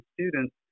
students